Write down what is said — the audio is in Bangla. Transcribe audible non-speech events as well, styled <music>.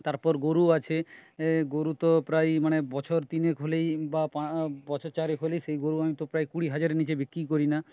তারপর গরু আছে গরু তো প্রায় মানে বছর তিনেক হলেই বা পাঁ <unintelligible> বছর চারেক হলেই সেই গরু আমি তো প্রায় কুড়ি হাজারের নিচে বিক্রিই করি না